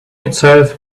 itself